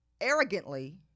arrogantly